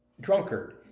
drunkard